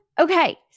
Okay